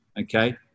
okay